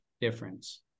difference